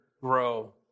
grow